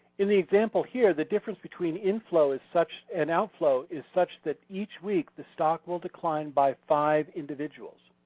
in the example here the difference between inflow is such and outflow is such that each week the stock will decline by five individuals.